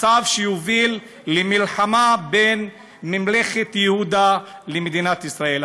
מצב שיוביל למלחמה בין ממלכת יהודה למדינת ישראל.